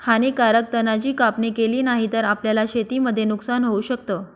हानीकारक तणा ची कापणी केली नाही तर, आपल्याला शेतीमध्ये नुकसान होऊ शकत